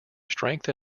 strength